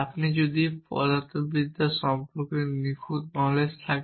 আপনি যদি পদার্থবিদ্যা সম্পর্কে নিখুঁত নলেজ থাকে